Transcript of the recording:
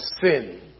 sin